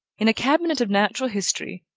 in a cabinet of natural history,